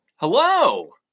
Hello